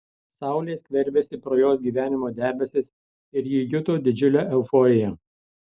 saulė skverbėsi pro jos gyvenimo debesis ir ji juto didžiulę euforiją